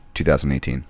2018